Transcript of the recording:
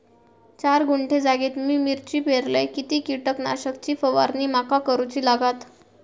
चार गुंठे जागेत मी मिरची पेरलय किती कीटक नाशक ची फवारणी माका करूची लागात?